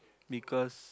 because